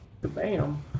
Bam